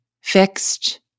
fixed